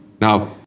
Now